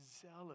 zealous